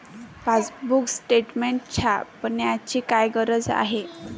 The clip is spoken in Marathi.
पासबुक स्टेटमेंट छापण्याची काय गरज आहे?